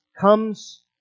comes